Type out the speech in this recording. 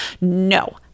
No